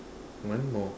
one more